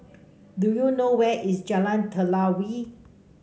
do you know where is Jalan Telawi